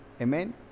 Amen